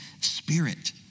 spirit